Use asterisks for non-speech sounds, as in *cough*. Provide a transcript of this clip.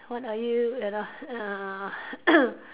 what are you you know uh *coughs*